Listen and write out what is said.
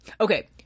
Okay